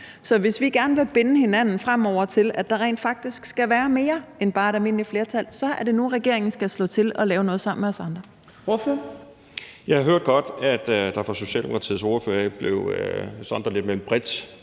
Så hvis vi gerne vil binde hinanden fremover til, at der rent faktisk skal være mere end bare et almindeligt flertal, så er det nu, regeringen skal slå til og lave noget sammen med os andre. Kl. 14:13 Tredje næstformand (Trine Torp): Ordføreren. Kl.